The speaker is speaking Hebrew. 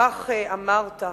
כך אמרת.